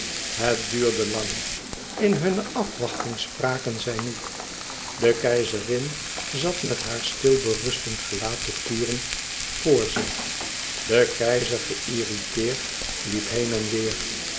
het duurde lang in hunne afwachting spraken zij niet de keizerin zat met haar stil berustend gelaat te turen voor zich de keizer geïrriteerd liep heen en weêr